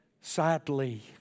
sadly